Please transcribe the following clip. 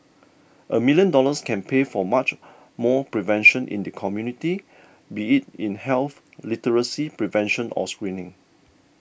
a million dollars can pay for much more prevention in the community be it in health literacy prevention or screening